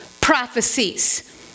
prophecies